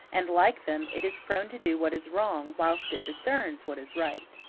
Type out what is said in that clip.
and, like them, it is prone to do what is wrong, whilst it discerns what is right.